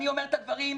אני אומר את הדברים.